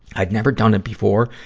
i'd never done it before,